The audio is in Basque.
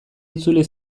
itzuli